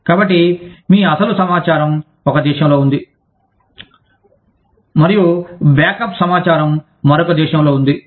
కాబట్టి మీ అసలు సమాచారం ఒక దేశంలో ఉంది మరియు బ్యాకప్ సమాచారం మరొక దేశంలో ఉంది